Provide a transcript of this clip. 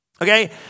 okay